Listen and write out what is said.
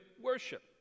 worship